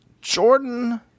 Jordan